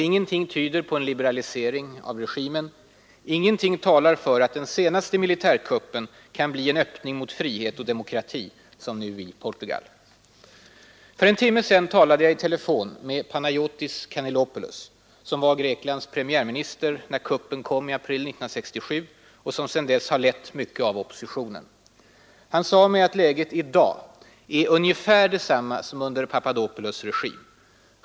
Ingenting tyder på en liberalisering av regimen, ingenting talar för att den senaste militärkuppen kan bli en öppning mot frihet och demokrati som nu i Portugal. För en timme sedan talade jag i telefon med Panayotis Kannelopolous, som var Greklands premiärminister när kuppen kom i april 1967 och som sedan dess har lett mycket av oppositionen. Han sade mig att läget i dag är ungefär detsamma som under Papadopolous” regim.